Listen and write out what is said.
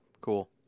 Cool